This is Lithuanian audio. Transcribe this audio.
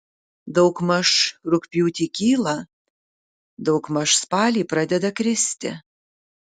daugmaž rugpjūtį kyla daugmaž spalį pradeda kristi